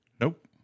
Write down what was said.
Nope